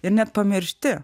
ir net pamiršti